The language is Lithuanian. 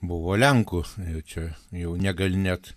buvo lenkų jau čia jau negali net